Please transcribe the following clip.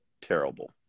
terrible